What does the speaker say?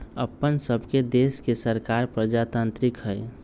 अप्पन सभके देश के सरकार प्रजातान्त्रिक हइ